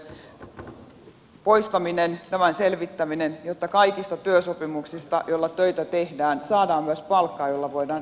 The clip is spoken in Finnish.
nollasopimusten poistaminen tämän selvittäminen jotta kaikista työsopimuksista joilla töitä tehdään saadaan myös palkkaa jolla voidaan elää